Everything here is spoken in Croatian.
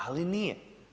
Ali nije.